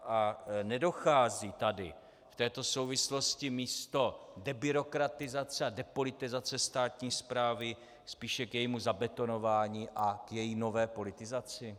A nedochází tady v této souvislosti místo k debyrokratizaci a depolitizaci státní správy spíše k jejímu zabetonování a její nové politizaci?